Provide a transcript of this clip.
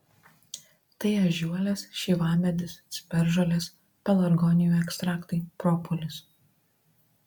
tai ežiuolės šeivamedis ciberžolės pelargonijų ekstraktai propolis